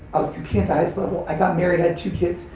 i was competing at the highest level, i got married, had two kids,